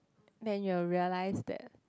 then you will realise that